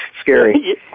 Scary